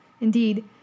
Indeed